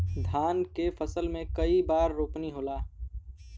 धान के फसल मे कई बार रोपनी होला?